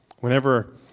Whenever